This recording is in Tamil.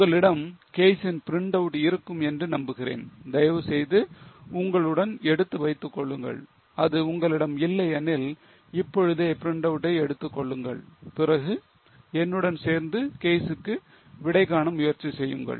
உங்களிடம் கேஸ் இன் printout இருக்கும் என்று நம்புகிறேன் தயவு செய்து உங்களுடன் எடுத்து வைத்துக் கொள்ளுங்கள் அது உங்களிடம் இல்லை எனில் இப்பொழுதே printout ஐ எடுத்துக்கொள்ளுங்கள் பிறகு என்னுடன் சேர்ந்து கேஸ்சுக்கு விடைகாண முயற்சி செய்யுங்கள்